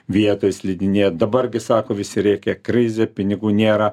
vietoj slidinėt dabar gi sako visi rėkia krizė pinigų nėra